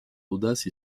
audace